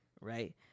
right